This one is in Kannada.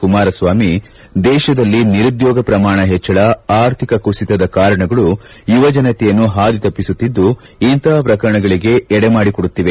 ಕುಮಾರಸ್ವಾಮಿ ದೇಶದಲ್ಲಿ ನಿರುದ್ಕೋಗ ಪ್ರಮಾಣ ಹೆಚ್ಚಳ ಆರ್ಥಿಕ ಕುಸಿತದ ಕಾರಣಗಳು ಯುವಜನತೆಯನ್ನು ಹಾದಿ ತಪ್ಪಿಸುತ್ತಿದ್ದು ಇಂತಪ ಪ್ರಕರಣಗಳಿಗೆ ಎಡೆಮಾಡಿಕೊಡುತ್ತವೆ